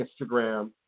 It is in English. Instagram